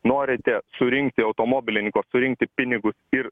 norite surinkti automobilininko surinkti pinigus ir